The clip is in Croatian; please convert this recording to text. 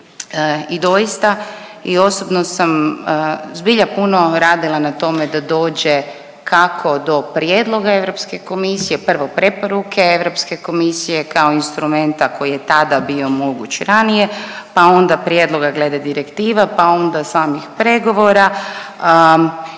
I doista i osobno sam zbilja puno radila na tome da dođe kako do prijedloga Europske komisije, prvo preporuke Europske komisije kao instrumenta koji je tada bio moguć ranije pa onda prijedloga glede direktiva pa onda samih pregovora